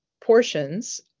portions